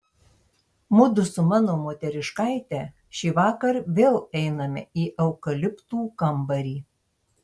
mudu su mano moteriškaite šįvakar vėl einame į eukaliptų kambarį